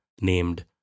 named